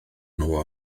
nhw